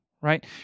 right